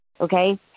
Okay